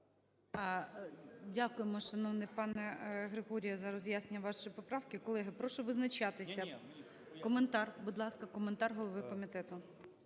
Дякуємо, шановний пане Григорій, за роз'яснення вашої поправки. Колеги, прошу визначатися. Коментар, будь ласка, коментар голови комітету.